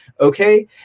Okay